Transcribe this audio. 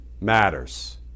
matters